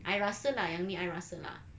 I rasa lah yang ni I rasa lah